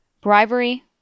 ...bribery